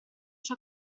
ciò